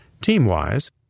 Team-wise